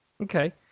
Okay